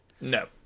No